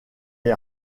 est